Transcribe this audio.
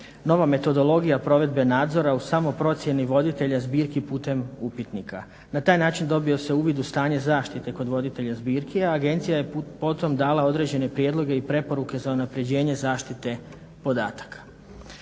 nova metodologija provedbe nadzora u samoprocjeni voditelja zbirki putem upitnika. Na taj način dobio se uvid u stanje zaštite kod voditelja zbirki, a agencija je potom dala određene prijedloge i preporuke za unapređenje zaštite podataka.